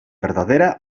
verdadera